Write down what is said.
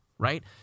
right